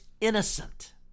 innocent